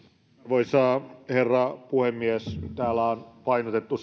arvoisa herra puhemies täällä on painotettu